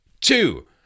two